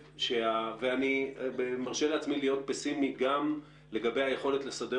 אני מרשה לעצמי להיות פסימי גם לגבי היכולת לסדר